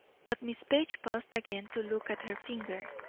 but miss page paused again to look at her finger,